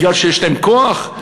כי יש להם כוח,